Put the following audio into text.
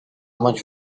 much